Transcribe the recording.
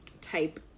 type